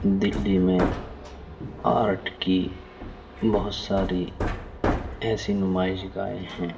دہلی میں آٹ کی بہت ساری ایسی نمائش گاہیں ہیں